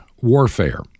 warfare